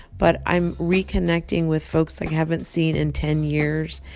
but i'm reconnecting with folks i haven't seen in ten years.